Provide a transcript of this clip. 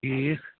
ٹھیٖک